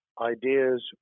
ideas